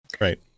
right